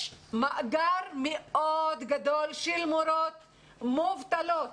יש מאגר מאוד גדול של מורות מובטלות